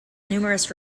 numerous